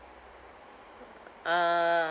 uh